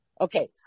Okay